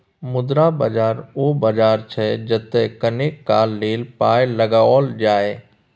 मुद्रा बाजार ओ बाजार छै जतय कनेक काल लेल पाय लगाओल जाय